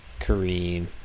Kareem